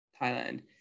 Thailand